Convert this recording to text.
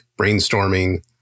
brainstorming